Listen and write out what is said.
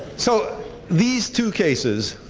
so these two cases,